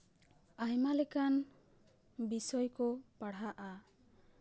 ᱟᱭᱢᱟ ᱞᱮᱠᱟᱱ ᱵᱤᱥᱚᱭ ᱠᱚ ᱯᱟᱲᱦᱟᱜᱼᱟ